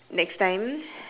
next time